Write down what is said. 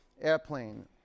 Airplane